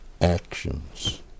actions